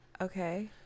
Okay